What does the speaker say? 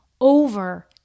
over